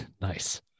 Nice